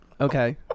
Okay